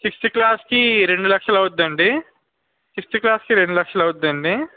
sixth క్లాస్కి రెండు లక్షలు అవుతుంది అండి సిక్స్త్ క్లాస్కి రెండు లక్షలు అవుతుంది అండి